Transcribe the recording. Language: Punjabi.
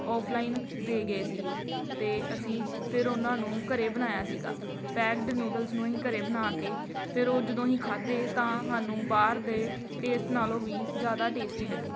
ਔਫਲਾਈਨ ਦੇ ਗਏ ਸੀ ਉਹ ਤਾਂ ਅਸੀਂ ਫਿਰ ਉਹਨਾਂ ਨੂੰ ਘਰ ਬਣਾਇਆ ਸੀਗਾ ਪੈਕਡ ਨਿਊਡਲਸ ਨੂੰ ਅਸੀਂ ਘਰ ਬਣਾ ਕੇ ਫਿਰ ਉਹ ਜਦੋਂ ਅਸੀਂ ਖਾਧੇ ਤਾਂ ਸਾਨੂੰ ਬਾਹਰ ਦੇ ਟੇਸਟ ਨਾਲੋਂ ਵੀ ਜ਼ਿਆਦਾ ਟੇਸਟੀ ਲੱਗੇ